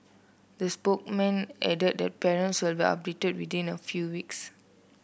the spokesman added that parents will be updated within a few weeks